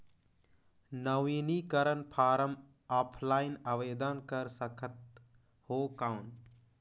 नवीनीकरण form offline आवेदन कर सकत हो कौन?